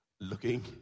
Looking